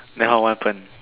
then how what happen